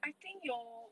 I think 有